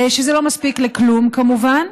שזה לא מספיק לכלום, כמובן.